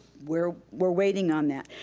we're we're waiting on that.